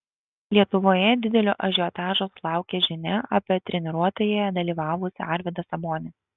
lietuvoje didelio ažiotažo sulaukė žinia apie treniruotėje dalyvavusį arvydą sabonį